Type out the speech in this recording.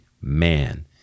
man